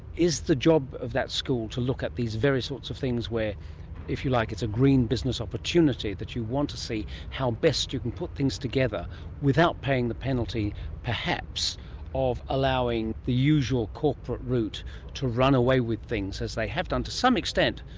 is the job of that school to look at these very sorts of things where like it's a green business opportunity, that you want to see how best you can put things together without paying the penalty perhaps of allowing the usual corporate route to run away with things as they have done, to some extent,